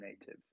native